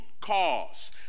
cause